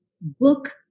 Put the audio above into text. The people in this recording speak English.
book